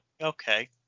Okay